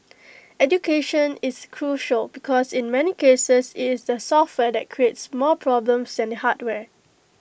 education is crucial because in many cases IT is the software that creates more problems than the hardware